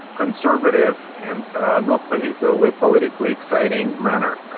conservative and not particularly politically exciting manner,